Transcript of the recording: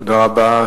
תודה רבה.